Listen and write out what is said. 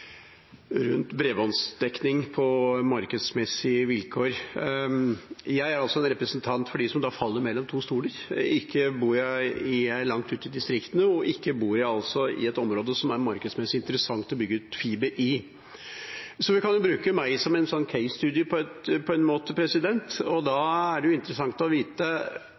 rundt bredbåndsdekning på markedsmessige vilkår. Jeg er en representant for dem som faller mellom to stoler – ikke bor jeg langt ute i distriktene, og ikke bor jeg i et område der det er markedsmessig interessant å bygge ut fiber, så vi kan jo bruke meg som en slags case-studie. Da er det interessant å vite